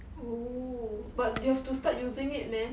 oo but do you have to start using it man